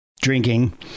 drinking